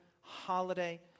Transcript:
holiday